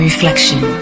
Reflection